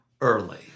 early